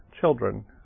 children